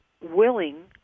willing